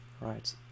Right